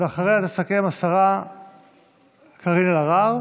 ואחריו תסכם השרה קארין אלהרר,